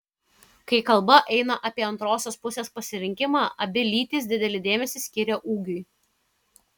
kai kalba eina apie antrosios pusės pasirinkimą abi lytys didelį dėmesį skiria ūgiui